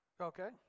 Okay